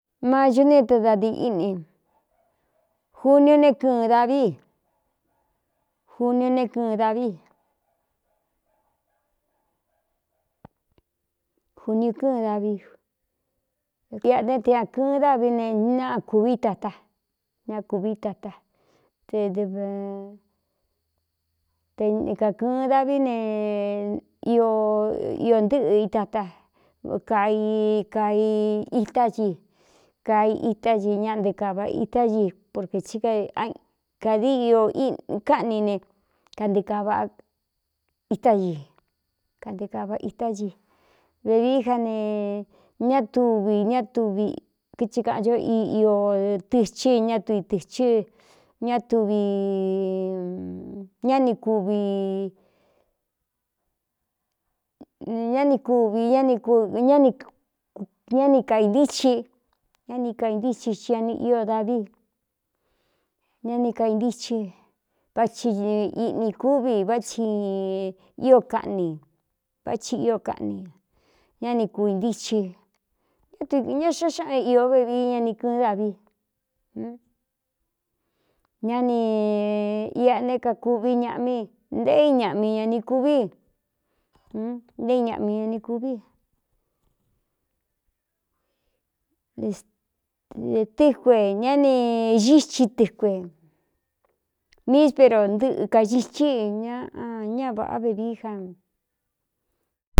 Macú ne te dadi íꞌni juni o né kɨɨn daví juni é ɨɨn davíjuni u kɨ́ꞌɨn davíiꞌa ne te ña kɨɨn dávi ne naꞌa kūví tatá ñá kūví tata te e kākɨ̄ɨn davi ne iō ntɨ́ꞌɨ itata kai ka itá ci kai itá i ña nte kava itá i porkē í kādi io káꞌni ne itá ikante kāva itá ci vevií ja ne ñá tuvi ñá tvikíi kaꞌncho io tɨchɨ ñá tuvi tɨ̄chɨ ñá tviñ ñá ni kuvi ñá ni kaintíchi ñá ni kaintíxi i ñan ío daví ñá ni kaintíchi vá thi iꞌni kúvi váchi ío kaꞌni váchi í kaꞌni ñá ni kuintíci á tɨ ña xó xáꞌan ió vevií ña ni kɨ̄ɨ́n davi ñá n iꞌa né kakuví ñaꞌmí ntée iñaꞌmi ña ni kuví ntéé i ñaꞌmi ña ni kuví ē tɨkue ñá ni xíchi tɨkue míispero ntɨꞌɨ kaxichíi ña ñá vāꞌá vevií ja.